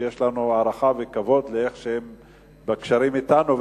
שיש לנו הערכה וכבוד לקשרים שלהם אתנו,